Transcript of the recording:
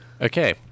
okay